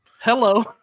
Hello